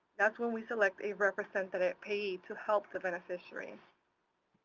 that's when we select a representative payee to help the beneficiary.